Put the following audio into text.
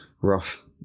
rough